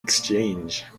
exchange